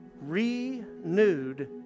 renewed